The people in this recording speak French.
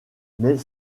mais